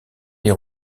les